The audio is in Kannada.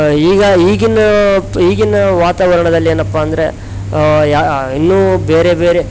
ಈಗ ಈಗಿನ ಈಗಿನ ವಾತವರಣದಲ್ಲಿ ಏನಪ್ಪ ಅಂದರೆ ಇನ್ನು ಬೇರೆ ಬೇರೆ